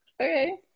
okay